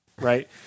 Right